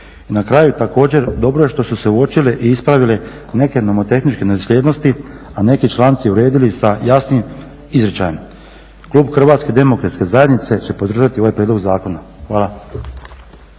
Na kraju također dobro je što su se uočile i ispravile neke nomotehničke nedosljednosti, a neki članci uredili sa jasnim izričajem. Klub HDZ-a će podržati ovaj prijedlog zakona. Hvala.